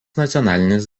nacionalinės